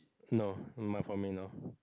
no for me no